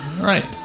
Right